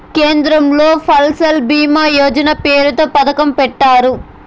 కేంద్రంలో ఫసల్ భీమా యోజన పేరుతో పథకం పెట్టారు